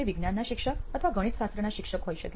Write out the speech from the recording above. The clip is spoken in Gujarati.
તે વિજ્ઞાનના શિક્ષક અથવા ગણિતશાસ્ત્રના શિક્ષક હોઈ શકે